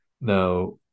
Now